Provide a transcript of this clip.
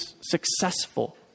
successful